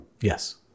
Yes